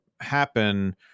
happen